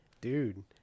Dude